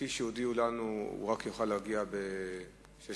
כפי שהודיעו לנו הוא יוכל להגיע רק ב-18:30,